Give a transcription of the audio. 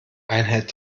einheit